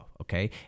okay